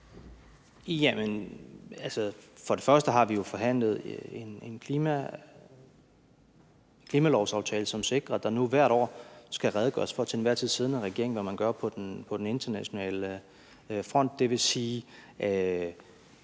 at vi jo har forhandlet en klimalovsaftale, som sikrer, at der nu hvert år skal redegøres fra den til enhver tid siddende regerings side for, hvad man gør på den internationale front,